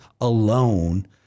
alone